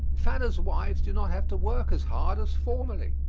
fanner's wives do not have to work as hard as formerly.